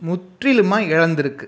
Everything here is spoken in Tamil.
முற்றிலுமாக இழந்துருக்கு